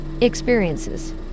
experiences